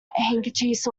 handkerchiefs